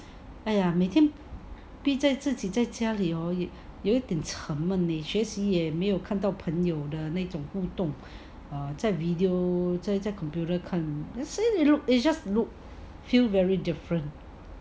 !aiya! 每天逼自己在家里 hor 也是很沉闷学习也没有看到朋友的那种互动 err 在 video 在家 computer 看 actually you know it just look feel very different